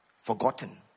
Forgotten